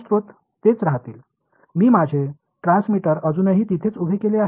தற்போதைய ஆதாரங்கள் அப்படியே இருக்கும் நான் என் டிரான்ஸ்மிட்டரை இன்னும் அங்கேயே வைத்திருக்கிறேன்